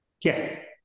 Yes